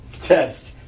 Test